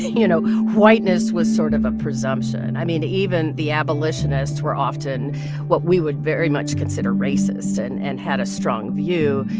you know, whiteness was sort of a presumption. i mean, even the abolitionists were often what we would very much consider racist and and had a strong view,